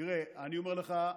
תראה, אני אומר לך,